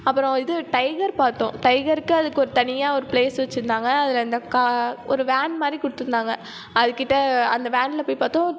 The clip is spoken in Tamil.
அப்புறம் இது டைகர் பார்த்தோம் டைகருக்கு அதுக்கு ஒரு தனியாக ஒரு ப்ளேஸ் வச்சுருந்தாங்க அதில் அந்த ஒரு வேன் மாதிரி கொடுத்திருந்தாங்க அதுகிட்ட அந்த வேனில் போய் பார்த்தோம்